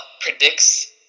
predicts